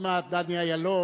דניאל אילון,